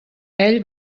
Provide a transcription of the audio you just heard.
ell